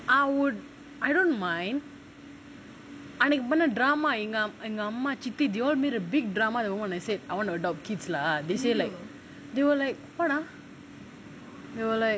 I would I don't mind அன்னிக்கி பண்ண:aniki panna drama எங்க அம்மா எங்க சித்தி:enga amma enga chitti you want me to big drama when I said I want to adopt kids lah they say like they will like [what] ah